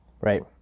Right